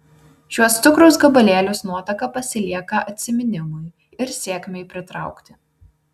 šiuos cukraus gabalėlius nuotaka pasilieka atsiminimui ir sėkmei pritraukti